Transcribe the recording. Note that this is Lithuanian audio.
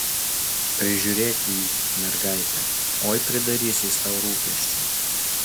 prižiūrėk jį mergaite oi pridarys jis tau rūpesčių